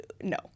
No